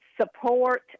support